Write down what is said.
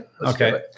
Okay